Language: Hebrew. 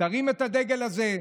תרים את הדגל הזה,